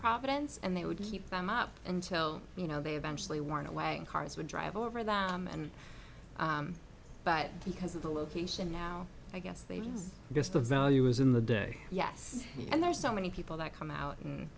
providence and they would keep them up until you know they eventually worn away cars would drive over them and but because of the location now i guess they was just a value was in the day yes and there are so many people that come out